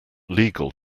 legal